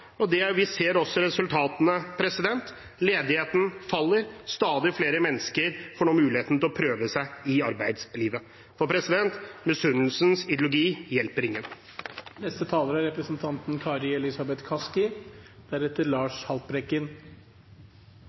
klart, og vi ser resultatene: Ledigheten faller, stadig flere mennesker får nå muligheten til å prøve seg i arbeidslivet. Misunnelsens ideologi hjelper ingen. Noe av det beste med Norge er